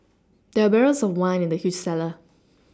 there were barrels of wine in the huge cellar